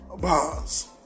bars